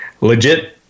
legit